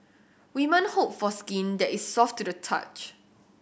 woman hope for skin that is soft to the touch